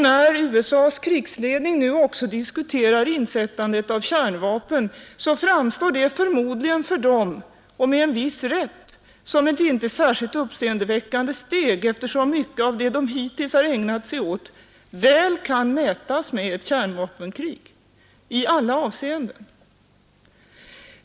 När USA:s krigsledning nu också diskuterar insättandet av kärnvapen framstår det förmodligen för denna krigsledning och med en viss rätt som ett inte särskilt uppseendeväckande steg, eftersom så mycket av vad den hittills har ägnat sig åt väl kan mätas med ett kärnvapenkrig i alla avseenden.